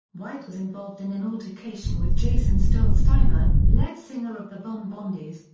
white was involved in an altercation with jason stollsteimer, lead singer of the von bondies,